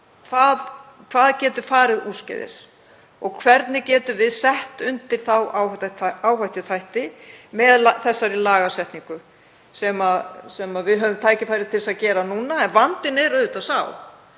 hvað getur farið úrskeiðis og hvernig við getum sett undir þá áhættuþætti með þessari lagasetningu sem við höfum tækifæri til að gera núna. En vandinn er auðvitað sá